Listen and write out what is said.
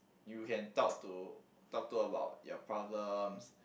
you can talk to talk to about your problems